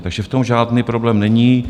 Takže v tom žádný problém není.